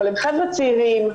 אבל הם חבר'ה צעירים,